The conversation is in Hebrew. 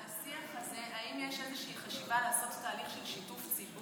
המשך ישיר לשיח הזה: האם יש איזושהי חשיבה לעשות תהליך של שיתוף ציבור,